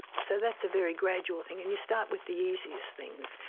so that's a very gradual thing. and you start with the easiest things.